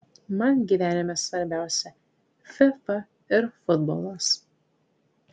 man gyvenime svarbiausia fifa ir futbolas